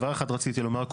דבר אחד שרציתי לומר,